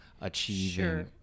achieving